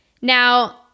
Now